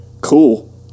cool